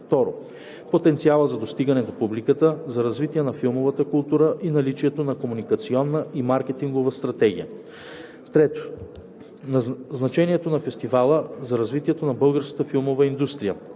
2. потенциала за достигане до публиката, за развитие на филмовата култура и наличието на комуникационна и маркетингова стратегия; 3. значението на фестивала за развитието на българската филмова индустрия